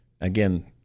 again